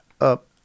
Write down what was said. up